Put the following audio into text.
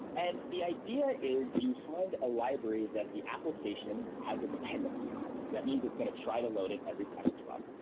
and the idea is you find a library that the application has a dependency on. that means is going to try to load it every time it's run.